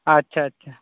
ᱟᱪᱪᱷᱟ ᱟᱪᱪᱷᱟ